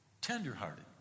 Tender-hearted